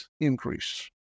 increase